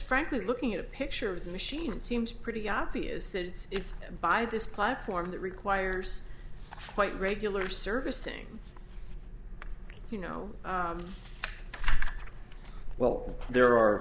frankly looking at a picture of the machine seems pretty obvious that it's by this platform that requires quite regular servicing you know well there are